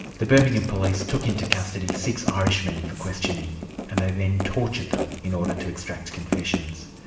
the birmingham police took into custody six irishmen for questioning and they then tortured them in order to extract confessions.